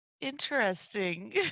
interesting